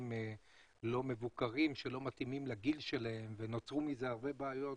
לא מבוקרים שלא מתאימים לגיל שלהם ונוצרו מזה הרבה בעיות,